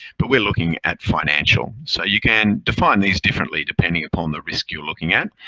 but we're looking at financial. so you can define these differently depending upon the risk you're looking at.